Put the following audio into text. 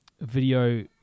video